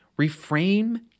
reframe